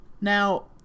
Now